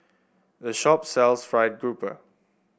the shop sells fried grouper